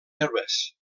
herbes